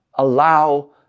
Allow